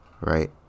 right